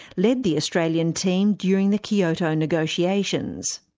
led the australian team during the kyoto negotiations.